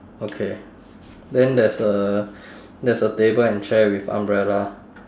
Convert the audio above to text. okay then there's a there's a table and chair with umbrella